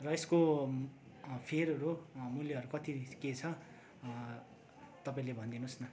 र यसको फियरहरू मूल्यहरू कति के छ तपाईँले भनिदिनु होस् न